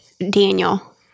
Daniel